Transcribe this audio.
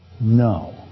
No